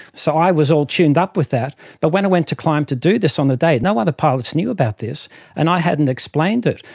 so i was all tuned up with that. but when i went to climb to do this on the day, no other pilots knew about this and i hadn't explained it.